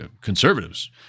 conservatives